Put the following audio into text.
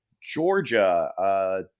Georgia